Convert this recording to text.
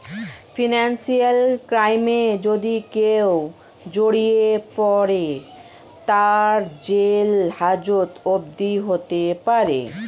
financial ক্রাইমে যদি কেও জড়িয়ে পরে, তার জেল হাজত অবদি হতে পারে